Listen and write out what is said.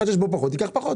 אחד שיש בו פחות, קח פחות.